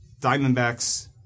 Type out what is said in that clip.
Diamondbacks